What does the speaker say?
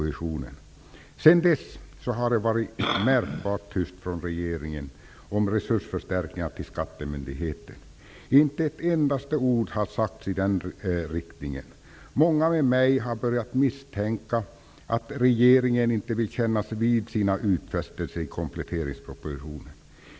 Sedan dess har det varit märkbart tyst från regeringen om resursförstärkningar till skattemyndigheten. Inte ett endaste ord har sagts i den riktningen. Många med mig har börjat misstänka att regeringen inte vill kännas vid sina utfästelser i kompletteringspropositionen.